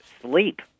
sleep